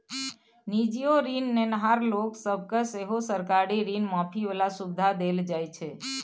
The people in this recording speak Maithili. निजीयो ऋण नेनहार लोक सब केँ सेहो सरकारी ऋण माफी बला सुविधा देल जाइ छै